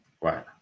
Right